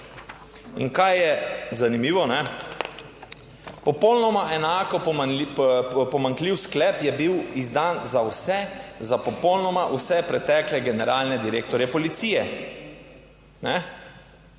In kaj je zanimivo? Ne popolnoma, enako pomanjkljiv sklep je bil izdan za vse, za popolnoma vse pretekle generalne direktorje policije. Je